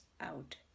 out